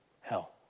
Hell